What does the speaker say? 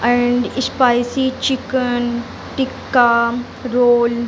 and spicy chicken tikka role